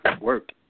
work